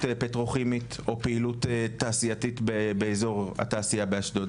פטרוכימית או פעילות תעשייתית באזור התעשייה באשדוד.